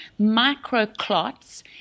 microclots